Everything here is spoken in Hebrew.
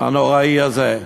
הנוראי הזה.